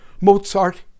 Mozart